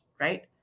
right